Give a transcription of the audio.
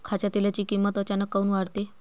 खाच्या तेलाची किमत अचानक काऊन वाढते?